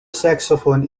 saxophone